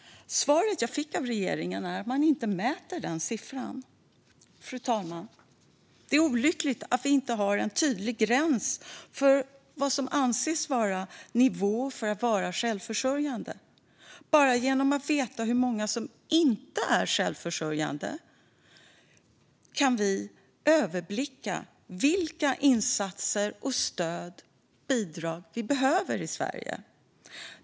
Svaret jag fick av regeringen var att man inte mäter det. Fru talman! Det är olyckligt att vi inte har en tydlig gräns för när man anses vara självförsörjande. Bara genom att veta hur många som inte är självförsörjande kan vi överblicka vilka insatser, stöd och bidrag vi behöver i Sverige.